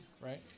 right